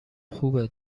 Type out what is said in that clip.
خوبه